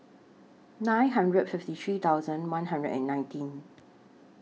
nine hundred fifty three thousand one hundred and nineteen